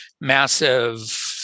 massive